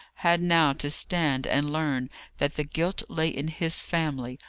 had now to stand and learn that the guilt lay in his family,